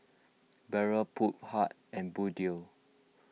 Barrel Phoon Huat and Bluedio